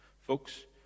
Folks